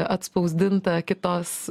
atspausdinta kitos